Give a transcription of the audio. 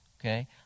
okay